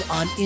on